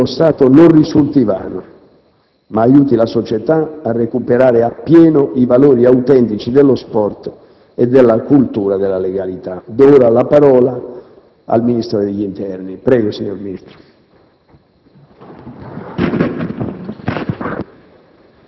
è che il sacrificio di un fedele servitore dello Stato non risulti vano, ma aiuti la società a recuperare appieno i valori autentici dello sport e della cultura della legalità. **Comunicazioni del Ministro dell'interno sui tragici